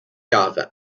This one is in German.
jahre